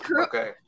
Okay